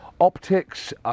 Optics